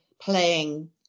playing